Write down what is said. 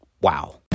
wow